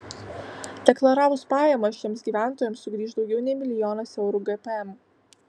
deklaravus pajamas šiems gyventojams sugrįš daugiau nei milijonas eurų gpm